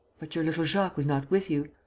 but your little jacques was not with you?